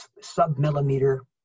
sub-millimeter